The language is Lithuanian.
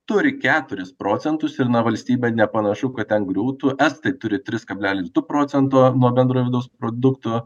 turi keturis procentus ir na valstybė nepanašu kad ten griūtų estai turi tris kablelis du procento nuo bendro vidaus produkto